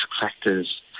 factors